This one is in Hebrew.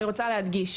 אני רוצה להדגיש